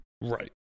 Right